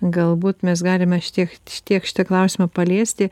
galbūt mes galime šitiek vis tiek šitą klausimą paliesti